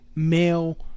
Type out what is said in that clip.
male